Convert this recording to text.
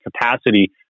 capacity